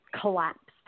collapsed